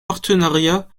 partenariat